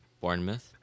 Bournemouth